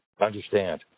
understand